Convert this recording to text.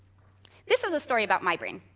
this is a story about my brain.